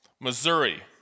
Missouri